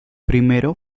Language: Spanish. primero